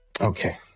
Okay